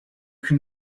can